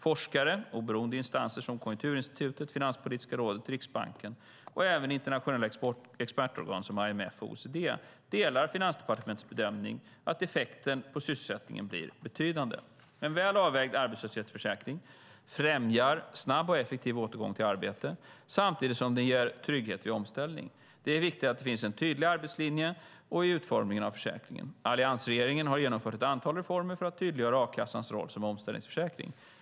Forskare, oberoende instanser som Konjunkturinstitutet, Finanspolitiska rådet och Riksbanken och även internationella expertorgan som IMF och OECD, delar Finansdepartementets bedömning att effekten på sysselsättningen blir betydande. En väl avvägd arbetslöshetsförsäkring främjar snabb och effektiv återgång till arbete samtidigt som den ger trygghet vid omställning. Det är viktigt att det finns en tydlig arbetslinje i utformningen av försäkringen. Alliansregeringen har genomfört ett antal reformer för att tydliggöra a-kassans roll som omställningsförsäkring.